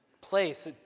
place